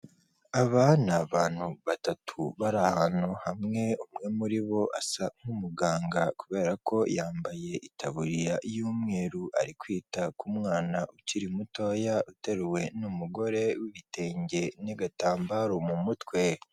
Aba ni abantu batatu bari ahantu hamwe umwe muri bo asa nk'umuganga kubera ko yambaye itaburiya y'umweru, ari kwita ku mwana ukiri mutoya uteruwe n'umugore w'ibitenge n'agatambaro mu mutwe.